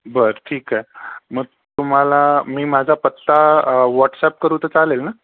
बरं ठीक आहे मग तुम्हाला मी माझा पत्ता व्हॉट्सअप करू तर चालेल ना